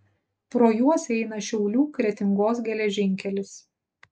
pro juos eina šiaulių kretingos geležinkelis